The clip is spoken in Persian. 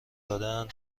دادهاند